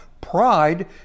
pride